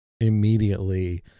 immediately